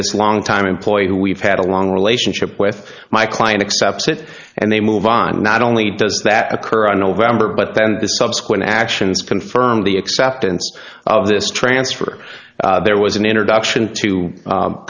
this longtime employee who we've had a long relationship with my client accepts it and they move on not only does that occur in november but that and the subsequent actions confirm the acceptance of this transfer there was an introduction to